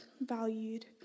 valued